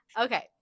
okay